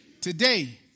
Today